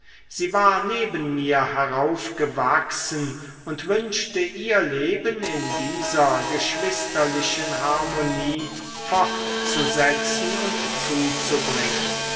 sie war neben mir heraufgewachsen und wünschte ihr leben in dieser geschwisterlichen harmonie fortzusetzen und zuzubringen